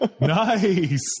Nice